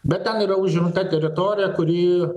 bet ten yra užimta teritorija kuri